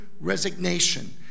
resignation